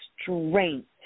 strength